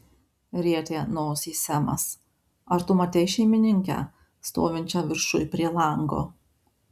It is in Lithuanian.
rietė nosį semas ar tu matei šeimininkę stovinčią viršuj prie lango